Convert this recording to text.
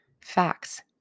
facts